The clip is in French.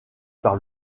par